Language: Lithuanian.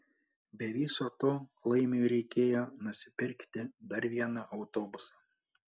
be viso to laimiui reikėjo nusipirkit dar vieną autobusą